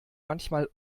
manchmal